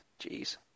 jeez